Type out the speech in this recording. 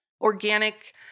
organic